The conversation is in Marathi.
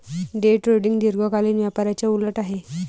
डे ट्रेडिंग दीर्घकालीन व्यापाराच्या उलट आहे